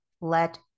let